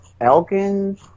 Elgin